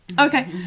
Okay